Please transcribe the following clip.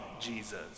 Jesus